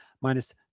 minus